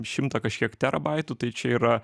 šimtą kažkiek terabaitų tai čia yra